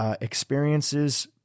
Experiences